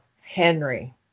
Henry